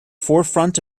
forefront